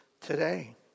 today